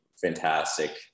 Fantastic